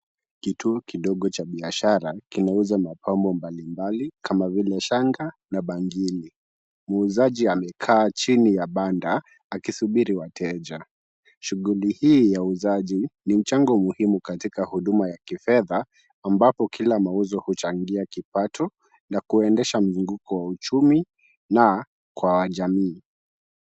Kituo kidogo cha biashara kinauza mapambo mbalimbali kama vile shanga na bangili. Muuzaji amekaa chini ya banda akisibiri wateja. Shughuli hii ya uuzaji ni mchango muhimu katika huduma ya kifedha ambapo kila mauzo huchangia kipato na kuendesha mzunguko wa uchumi na kwa jamii.